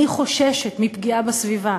אני חוששת מפגיעה בסביבה.